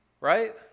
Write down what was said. Right